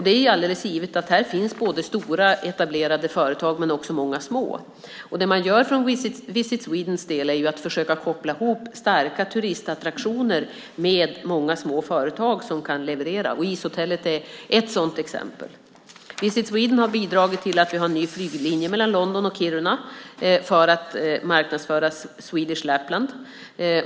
Det är alldeles givet att här finns både stora etablerade företag och många små företag. Vad Visit Sweden gör är att de försöker koppla ihop starka turistattraktioner med många små företag som kan leverera. Ishotellet är ett sådant exempel. Visit Sweden har bidragit till att vi har en ny flyglinje mellan London och Kiruna för att marknadsföra Swedish Lapland.